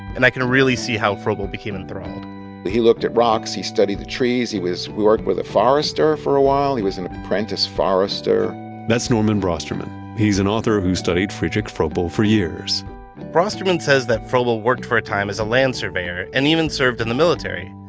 and i can really see how froebel became enthralled he looked at rocks, he studied the trees. he worked with a forester for a while. he was an apprentice forester that's norman brosterman. he's an author who studied friedrich froebel for years brosterman says that froebel worked for a time as a land surveyor and even served in the military.